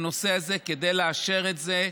הנושא הזה, כדי לאשר את זה.